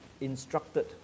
instructed